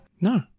No